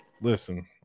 listen